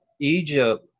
Egypt